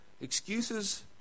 Excuses